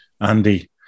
Andy